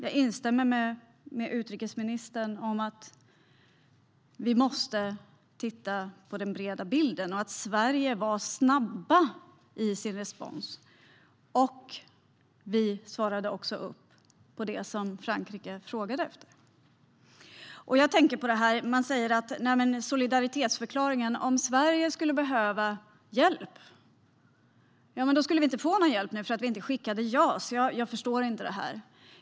Jag instämmer i det som utrikesministern sa om att vi måste titta på den breda bilden. Sverige var snabbt med sin respons. Vi svarade också upp mot det som Frankrike frågade efter. Om Sverige skulle behöva hjälp skulle vi inte få någon hjälp därför att vi inte skickade några JAS-plan. Jag förstår inte det här.